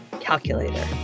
calculator